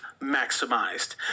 maximized